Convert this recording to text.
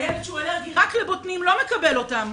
הילד שאלרגי רק לבוטנים לא מקבל אותן.